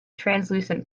translucent